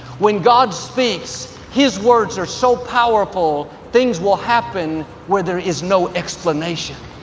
when god speaks, his words are so powerful, things will happen where there is no explanation.